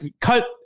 cut